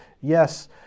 yes